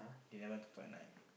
they never went to talk at night